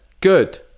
good